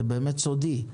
זה באמת סודי,